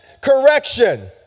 correction